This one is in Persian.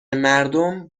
مردم